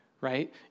right